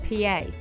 PA